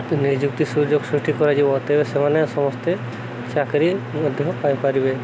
ନିଯୁକ୍ତି ସୁଯୋଗ ସୃଷ୍ଟି କରାଯିବ ତେବେ ସେମାନେ ସମସ୍ତେ ଚାକିରି ମଧ୍ୟ ପାଇପାରିବେ